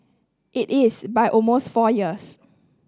it is by almost four years